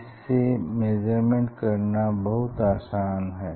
इसमें मेजरमेंट करना बहुत आसान है